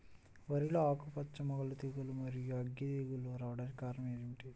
వరిలో ఆకుమచ్చ తెగులు, మరియు అగ్గి తెగులు రావడానికి కారణం ఏమిటి?